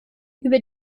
über